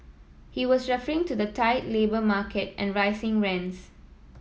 he was referring to the tight labour market and rising rents